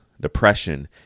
depression